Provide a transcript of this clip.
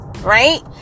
right